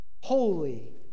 Holy